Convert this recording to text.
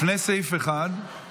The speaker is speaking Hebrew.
לפני סעיף 1,